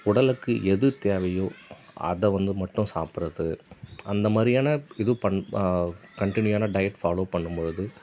உடலுக்கு எது தேவையோ அதை வந்து மட்டும் சாப்பிடர்து அந்த மாதிரியான இது பன் கண்டினியூவான டயட்டு ஃபாலோவ் பண்ணும் பொழுது